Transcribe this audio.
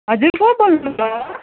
हुजुर को बेल्नुभयो